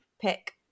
Pick